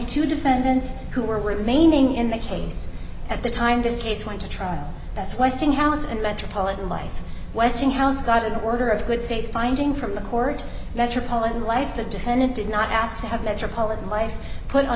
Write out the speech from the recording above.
two defendants who are remaining in the case at the time this case went to trial that's westinghouse and metropolitan life westinghouse got an order of good faith finding from the court metropolitan life the defendant did not ask to have metropolitan life put on